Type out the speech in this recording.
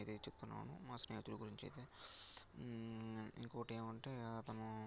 అందువలనే చెప్తున్నాను మా స్నేహితుల గురించయితే ఇంకోటి ఏమంటే అతను